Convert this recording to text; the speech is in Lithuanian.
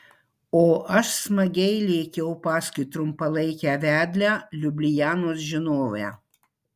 o aš smagiai lėkiau paskui trumpalaikę vedlę liublianos žinovę